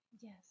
Yes